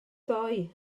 ddoe